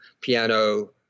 piano